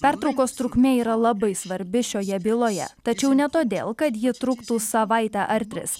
pertraukos trukmė yra labai svarbi šioje byloje tačiau ne todėl kad ji truktų savaitę ar tris